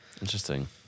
Interesting